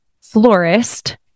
florist